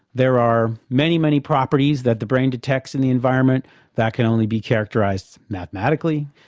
there are many, many properties that the brain detects in the environment that can only be characterised mathematically.